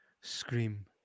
scream